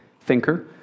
thinker